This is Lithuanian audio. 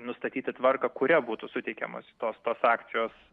nustatyti tvarką kuria būtų suteikiamos tos tos akcijos